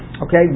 okay